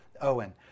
Owen